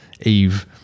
Eve